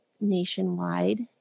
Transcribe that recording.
nationwide